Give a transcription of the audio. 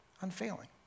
unfailing